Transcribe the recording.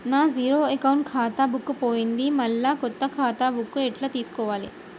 నా zero account ఖాతా book పోయింది మళ్ళా కొత్త ఖాతా బుక్కు ఎట్ల తీసుకోవాలే?